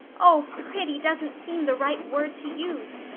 oh, pretty doesn't seem the right word to use.